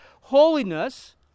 Holiness